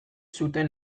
zuten